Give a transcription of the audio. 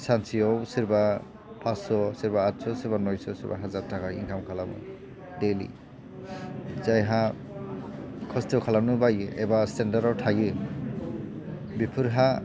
सानसेयाव सोरबा फास्स' सोरबा आदस' सोरबा नयस' सोरबा हाजार थाखा इनकाम खालामो दैलि जायहा खस्थ' खालामनो बायो एबा स्टेनदार्दआव थायो बेफोरहा